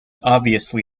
obviously